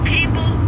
People